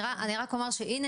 אני רק אומר שהנה,